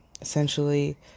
essentially